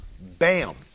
bam